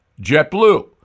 JetBlue